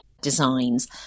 designs